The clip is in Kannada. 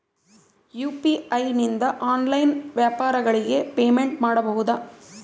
ಯು.ಪಿ.ಐ ನಿಂದ ಆನ್ಲೈನ್ ವ್ಯಾಪಾರಗಳಿಗೆ ಪೇಮೆಂಟ್ ಮಾಡಬಹುದಾ?